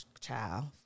Child